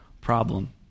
problem